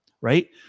right